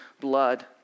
blood